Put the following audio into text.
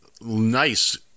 nice